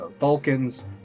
Vulcans